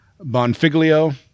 Bonfiglio